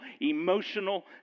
emotional